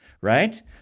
Right